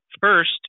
first